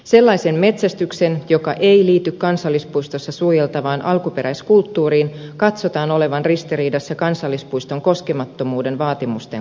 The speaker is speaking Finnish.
sellaisen metsästyksen joka ei liity kansallispuistossa suojeltavaan alkuperäiskulttuuriin katsotaan olevan ristiriidassa kansallispuiston koskemattomuuden vaatimusten kanssa